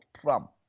Trump